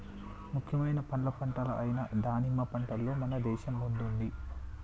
ముఖ్యమైన పండ్ల పంటలు అయిన దానిమ్మ పంటలో మన దేశం ముందుంది